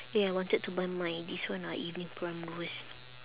eh I wanted to buy my this one ah evening primrose